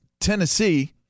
Tennessee